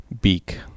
beak